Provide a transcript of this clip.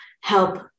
help